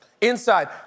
Inside